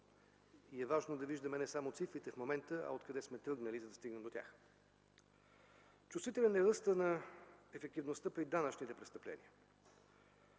Важно е да виждаме не само цифрите в момента, а откъде сме тръгнали, за да стигнем до тях. Чувствителен е ръстът на ефективността при данъчните престъпления.